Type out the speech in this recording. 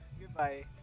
Goodbye